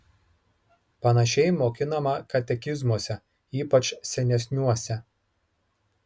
panašiai mokinama katekizmuose ypač senesniuose